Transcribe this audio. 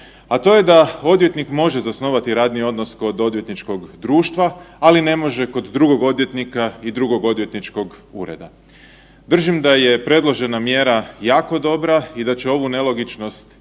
a to je da odvjetnik može zasnovati radni odnos kod odvjetničkog društva, ali ne može kod drugog odvjetnika i drugog odvjetničkog ureda. Držim da je predložena mjera jako dobra i da će ovu nelogičnost ispraviti